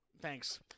Thanks